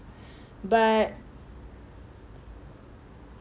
but